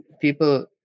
people